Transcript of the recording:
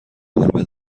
گربه